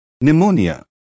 pneumonia